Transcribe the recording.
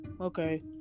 okay